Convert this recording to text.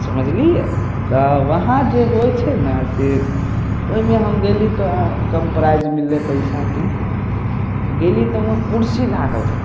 समझलियै तऽ वहाँ जे होइ छै ने से ओहिमे हम गेली तऽ अहाँ कम प्राइस मिलै पैसाके गेली तऽ वआँ कुर्सी लागल रहै